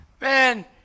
Man